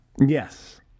Yes